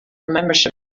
membership